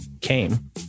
came